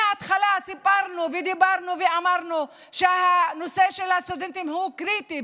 מהתחלה סיפרנו ודיברנו ואמרנו שהנושא של הסטודנטים הוא קריטי,